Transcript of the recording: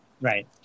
Right